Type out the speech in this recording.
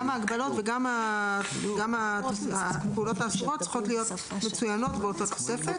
ההגבלות וגם הפעולות האסורות צריכות להיות מצוינות באותה תוספת.